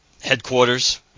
headquarters